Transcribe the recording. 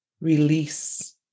Release